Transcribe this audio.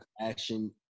action